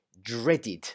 Dreaded